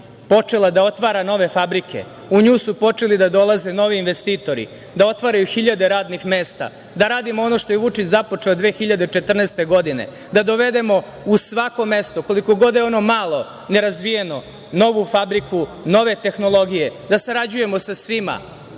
počela da otvara nove fabrike. U nju su počeli da dolaze novi investitori, da otvaraju hiljade radnih mesta, da radimo ono što je Vučić započeo 2014. godine, da dovedemo u svako mesto, koliko god da je ono malo, nerazvijeno, novu fabriku, nove tehnologije, da sarađujemo sa svima,